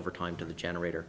over time to the generator